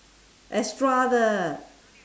extra 的